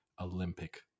Olympic